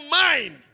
mind